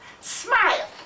smile